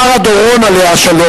שרה דורון, עליה השלום,